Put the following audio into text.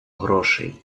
грошей